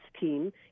team